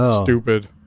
stupid